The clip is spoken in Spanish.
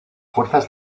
fuerzas